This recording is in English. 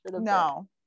no